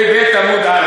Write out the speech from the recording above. פ"ב עמ' א'.